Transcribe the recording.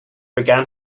began